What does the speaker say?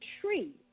tree